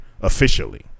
officially